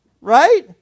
right